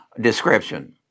description